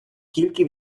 тільки